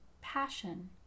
passion